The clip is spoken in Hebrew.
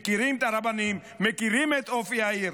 מכירים את הרבנים, מכירים את אופי העיר.